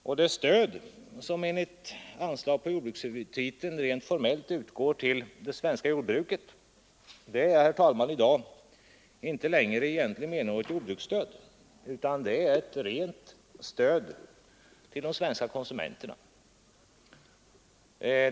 Och det stöd som enligt anslag på jordbrukshuvudtiteln rent formellt utgår till det svenska jordbruket är i dag inte längre i egentlig mening något jordbruksstöd utan ett rent stöd till de svenska konsumenterna.